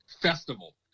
festival